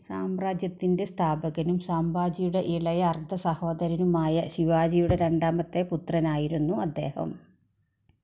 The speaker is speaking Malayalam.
സാമ്രാജ്യത്തിൻ്റെ സ്ഥാപകനും സാംഭാജിയുടെ ഇളയ അർദ്ധസഹോദരനുമായ ശിവാജിയുടെ രണ്ടാമത്തെ പുത്രനായിരുന്നു അദ്ദേഹം